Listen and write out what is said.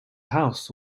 house